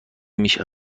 میشه